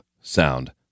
sound